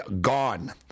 gone